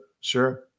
sure